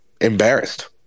embarrassed